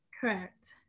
correct